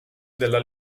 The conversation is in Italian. della